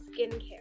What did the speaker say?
skincare